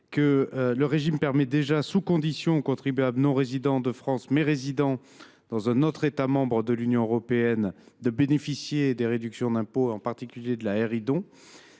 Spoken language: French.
le régime permet déjà, sous conditions, aux contribuables non résidents de France, mais résidant dans un autre État membre de l’Union européenne, de bénéficier des réductions d’impôt, en particulier dans